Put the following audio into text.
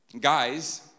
guys